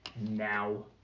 now